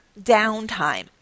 downtime